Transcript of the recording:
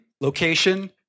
location